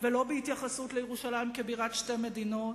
ולא בהתייחסות לירושלים כבירת שתי מדינות,